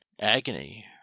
agony